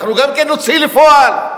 אנחנו גם נוציא לפועל.